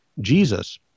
Jesus